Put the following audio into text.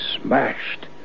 smashed